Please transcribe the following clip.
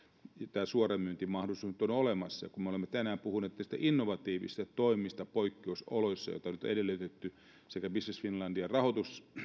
tämä suoramyyntimahdollisuus nyt on on olemassa kun me olemme tänään puhuneet näistä innovatiivisista toimista poikkeusoloissa joita nyt on edellytetty sekä business finlandin rahoitusten